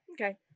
okay